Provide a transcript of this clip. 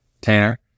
Tanner